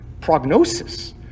prognosis